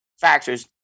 factors